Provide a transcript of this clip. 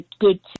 good